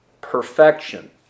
perfection